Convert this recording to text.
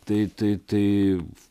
tai tai tai